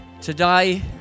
Today